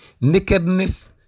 nakedness